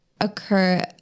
occur